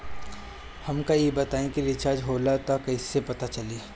हमका ई बताई कि रिचार्ज होला त कईसे पता चली?